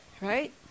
right